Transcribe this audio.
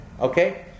Okay